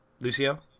Lucio